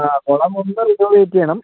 ആ കുളം ഒന്ന് റിനോവേറ്റ് ചെയ്യണം